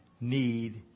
need